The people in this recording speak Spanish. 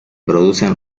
producen